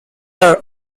are